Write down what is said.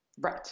Right